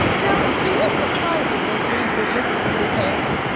now it is surprising is and it? that this would be the case?